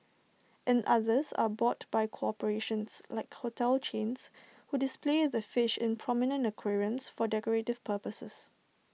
and others are bought by corporations like hotel chains who display the fish in prominent aquariums for decorative purposes